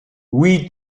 oui